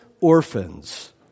orphans